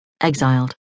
exiled